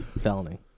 felony